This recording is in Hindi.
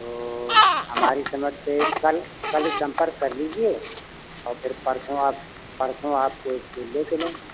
तो हमारी समझ से कल कल संपर्क कर लीजिए तो फिर परसों आप परसों आपको इसको ले चलें